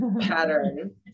pattern